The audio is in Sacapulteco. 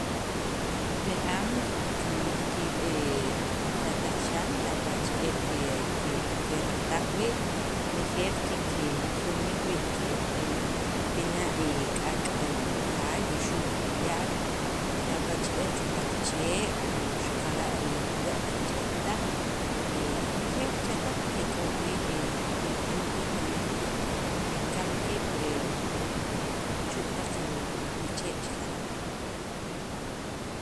Li am kikemij kiib' he cha taq xan xapa' che'el keraqtaj wii', nejeel kike rinij wii' kiib' he pina' k'ak' li jaay wuxu' q'ewa'l xapa' che'el chu' taq chee', o xaqara' he pirwe' taq chetaq, he renejeel chetaq ke k'ob' wii', he li am kikemej kiib', kikam kiib' he chu' taq l chee' xaqara'.